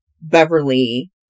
Beverly